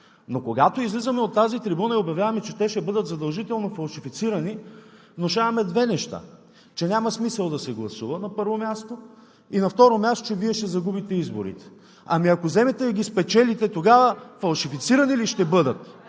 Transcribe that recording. обаче излизаме и от тази трибуна обявяваме, че те ще бъдат задължително фалшифицирани, внушаваме две неща: че няма смисъл да се гласува, на първо място, и, на второ място, че Вие ще загубите изборите. Ами ако ги спечелите, тогава фалшифицирани ли ще бъдат?